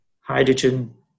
hydrogen